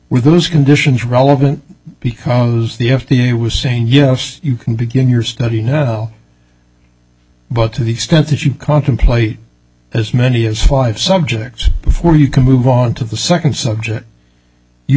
were those conditions relevant because the f d a was saying yes you can begin your study now but to the extent that you contemplate as many as five subjects before you can move on to the second subject you